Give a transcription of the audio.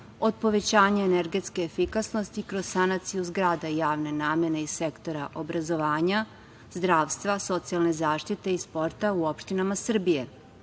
povećanja energetske efikasnosti, kroz sanaciju zgrada javne namene i sektora obrazovanja, zdravstva, socijalne zaštite i sporta u opštinama Srbije.